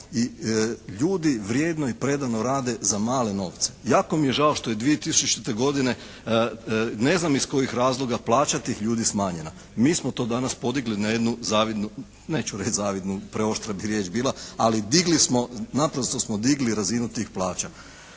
i ljudi vrijedno i predano rade za male novce. Jako mi je žao što je 2000. godine ne znam iz kojih razloga plaća tih ljudi smanjena. Mi smo to danas podigli na jednu zavidnu, neću reći zavidnu preoštra bi riječ bila, ali digli smo, naprosto smo digli razinu tih plaća.